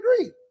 agree